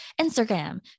Instagram